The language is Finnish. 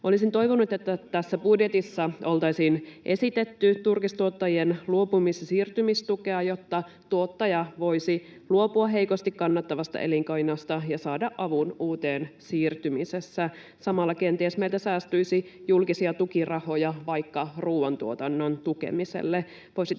Olisin toivonut, että tässä budjetissa oltaisiin esitetty turkistuottajien luopumis- ja siirtymistukea, jotta tuottaja voisi luopua heikosti kannattavasta elinkeinosta ja saada avun uuteen siirtymisessä. Samalla kenties meiltä säästyisi julkisia tukirahoja vaikka ruoantuotannon tukemiselle.